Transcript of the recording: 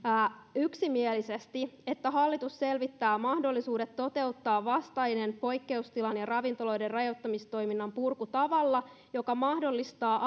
yksimielisesti että hallitus selvittää mahdollisuudet toteuttaa vastainen poikkeustilan ja ravintoloiden rajoittamistoiminnan purku tavalla joka mahdollistaa